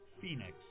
Phoenix